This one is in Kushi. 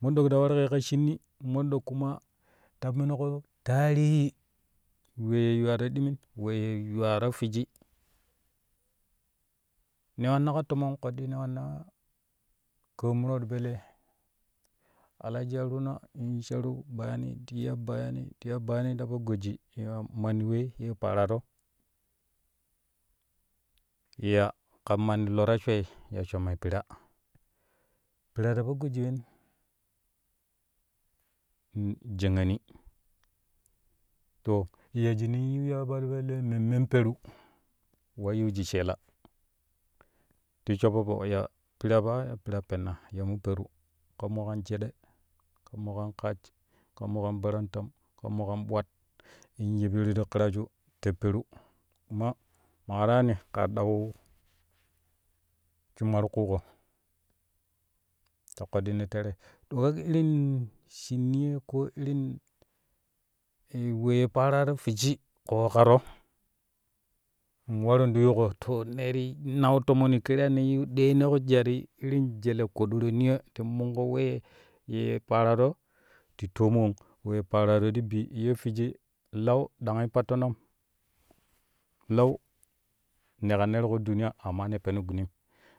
Mondok ta warƙoi ka shinni mondok nuna ta ninƙoi tarihi wee yuwaro ɗimin wee yuwaro fwiji ne wanna ka tomon koɗɗi ne wanna ƙaa muro ti po lee alaji haruna in sharu bayini ti ya bayai ti ya bayani to po goji ya manni wei ye pararo ya ka manni lo ta schwee ya shommoi piro pira ta po goji wen jaaƙaani to ya shinin yiu ya yoba ti po lee memmen peru wa yiu shik sheela ti shoppo foki ya pira pa pira yenna ya mo peru kan mokan jede ram mokan kach kan mokan barantam mo kan bwat in yippiru ti ƙiraju ti peru amma maƙa ta yaani kaa ɗau shumma ti ƙuƙo ta ƙoɗɗino tere to ka ga irin shini ye ko irin wee ye pararo fwiji kakaro in waru ti yunƙo to ne ti nau tomoni kare yano yu ɗeeno jiral ti irin jele ƙadro niyo ti minƙo wee ye pararo ti ttom wong we pararo ti bi ye fwiji lau tidangi pattono lau ne ka ne ti duniya amma ne peno gunim